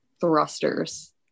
thrusters